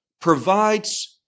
provides